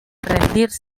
rendirse